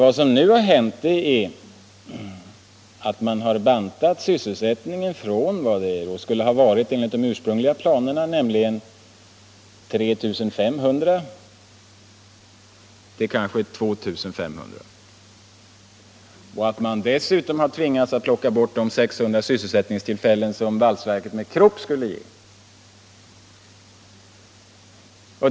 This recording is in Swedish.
Vad som nu har hänt är att man har bantat sysselsättningen från vad den skulle ha varit enligt de ursprungliga planerna, nämligen 3 500, till kanske 2 500. Dessutom har man tvingats plocka bort de 600 sysselsättningstillfällen som valsverket tillsammans med Krupp skulle ge.